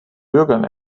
bürgern